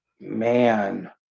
Man